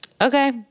Okay